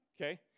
Okay